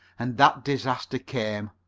and that disaster came.